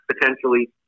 potentially